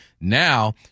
Now